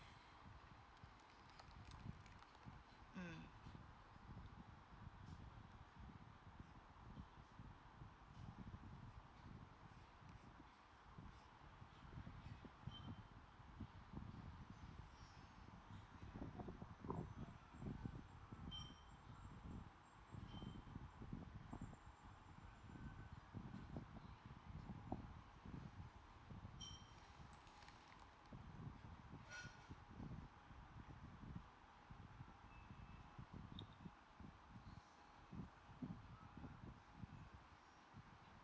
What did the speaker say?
mm